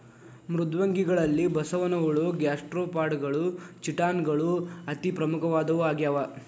ಮೃದ್ವಂಗಿಗಳಲ್ಲಿ ಬಸವನಹುಳ ಗ್ಯಾಸ್ಟ್ರೋಪಾಡಗಳು ಚಿಟಾನ್ ಗಳು ಅತಿ ಪ್ರಮುಖವಾದವು ಆಗ್ಯಾವ